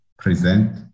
present